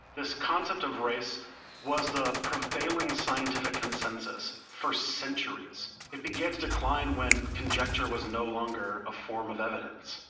this concept of race was the prevailing scientific consensus for centuries. it began to decline when conjecture was no longer form of evidence.